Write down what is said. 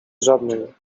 żadnej